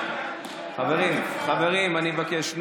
חברים, אני מבקש.